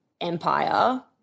empire